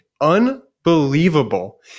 Unbelievable